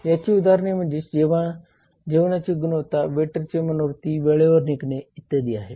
याची उदाहरणे म्हणेज जेवणाची गुणवत्ता वेटरची मनोवृत्ती वेळेवर निघणे इत्यादी आहेत